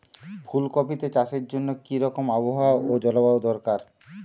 ফুল কপিতে চাষের জন্য কি রকম আবহাওয়া ও জলবায়ু দরকার?